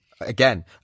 Again